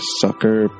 sucker